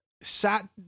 sat